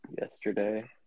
yesterday